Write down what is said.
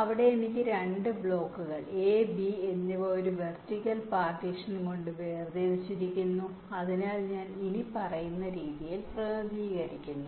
അവിടെ എനിക്ക് 2 ബ്ലോക്കുകൾ A B എന്നിവ ഒരു വെർട്ടിക്കൽ പാർട്ടീഷൻ കൊണ്ട് വേർതിരിച്ചിരിക്കുന്നു അതിനാൽ ഇത് ഞാൻ ഇനിപ്പറയുന്ന രീതിയിൽ പ്രതിനിധീകരിക്കുന്നു